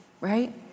right